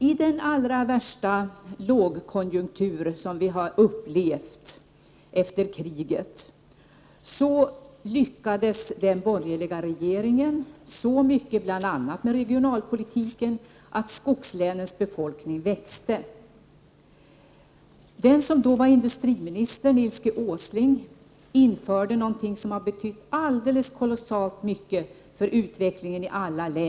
I den allra värsta lågkonjunktur vi har upplevt efter kriget lyckades den borgerliga regeringen så pass, bl.a. med regionalpolitiken, att skogslänens befolkning växte. Den som då var industriminister Nils G. Åsling införde någonting som har betytt kolossalt mycket för utvecklingen i alla län.